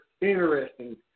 interesting